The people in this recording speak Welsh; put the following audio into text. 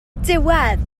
diwedd